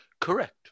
Correct